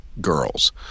girls